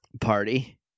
Party